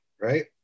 Right